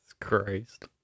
Christ